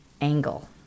angle